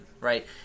right